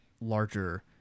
larger